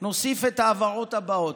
נוסיף את ההבהרות האלה: